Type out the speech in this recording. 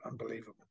unbelievable